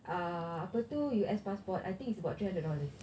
ah apa tu U_S passport I think it's about three hundred dollars